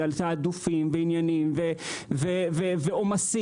אלא תיעדופים ועניינים ועומסים,